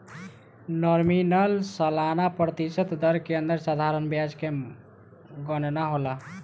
nominal सालाना प्रतिशत दर के अंदर साधारण ब्याज के गनना होला